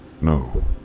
No